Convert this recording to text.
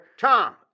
Tom